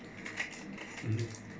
mmhmm